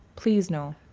please, no.